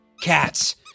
Cats